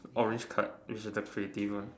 orange card which is the creative one